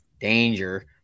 Danger